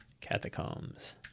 catacombs